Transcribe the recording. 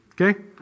Okay